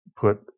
put